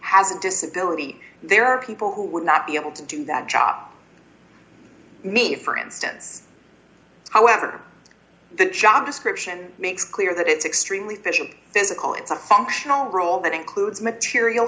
a disability there are people who would not be able to do that job i mean for instance however the job description makes clear that it's extremely efficient physical it's a functional role that includes material